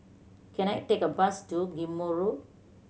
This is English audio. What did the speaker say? can I take a bus to Ghim Moh Road